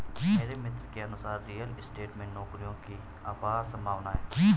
मेरे मित्र के अनुसार रियल स्टेट में नौकरियों की अपार संभावना है